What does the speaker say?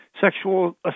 sexual